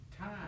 Time